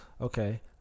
okay